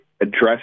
address